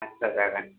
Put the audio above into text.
आदसा जागोन